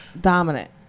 Dominant